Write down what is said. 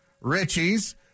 Richie's